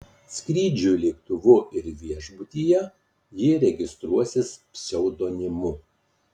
skrydžiui lėktuvu ir viešbutyje ji registruosis pseudonimu